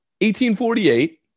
1848